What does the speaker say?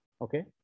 Okay